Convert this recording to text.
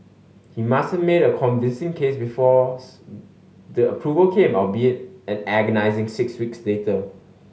he must have made a convincing case before the approval came albeit an agonising six weeks later